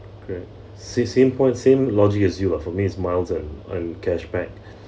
correct sa~ same point same logic as you lah for me it's miles an~ and cashback